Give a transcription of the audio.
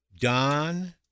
Don